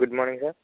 good morning sir